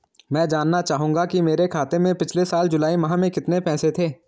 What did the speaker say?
मैं जानना चाहूंगा कि मेरे खाते में पिछले साल जुलाई माह में कितने पैसे थे?